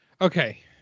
okay